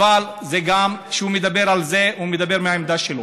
וגם כשהוא מדבר על זה, הוא מדבר מהעמדה שלו.